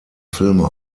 filme